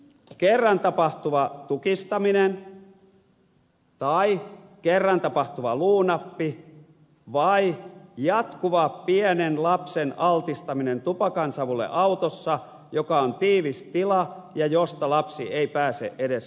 kerran tapahtuva tukistaminen tai kerran tapahtuva luunappi vai jatkuva pienen lapsen altistaminen tupakansavulle autossa joka on tiivis tila ja josta lapsi ei pääse edes karkuun